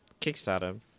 Kickstarter